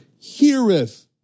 heareth